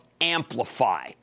Amplify